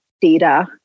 data